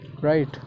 right